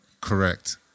correct